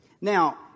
Now